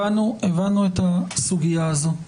הבנו את הסוגיה הזאת.